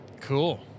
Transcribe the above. Cool